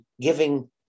giving